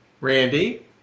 Randy